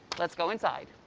let's go inside.